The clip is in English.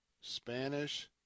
Spanish